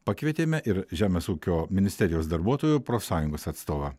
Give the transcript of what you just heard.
pakvietėme ir žemės ūkio ministerijos darbuotojų profsąjungos atstovą